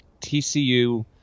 TCU